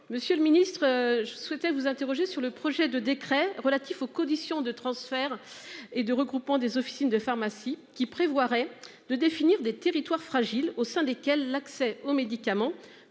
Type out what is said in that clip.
Monsieur le Ministre, je souhaitais vous interroger sur le projet de décret relatif aux conditions de transfert. Et de regroupement des officines de pharmacies qui prévoirait de définir des territoires fragiles, au sein desquels l'accès aux médicaments